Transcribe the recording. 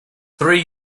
three